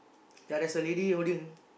there is a lady holding